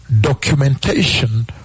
documentation